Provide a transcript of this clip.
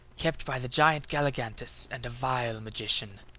kept by the giant galligantus and a vile magician.